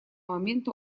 момента